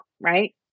right